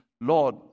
Lord